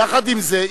יחד עם זה,